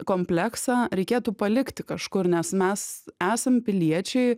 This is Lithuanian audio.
kompleksą reikėtų palikti kažkur nes mes esam piliečiai